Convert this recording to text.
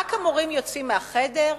רק המורים יוצאים מהחדר,